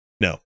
No